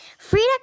Frida